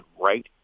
right